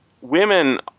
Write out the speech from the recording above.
women